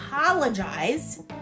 apologize